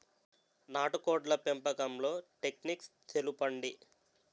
నాటుకోడ్ల పెంపకంలో టెక్నిక్స్ తెలుపండి?